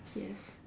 yes